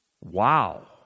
Wow